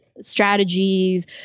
strategies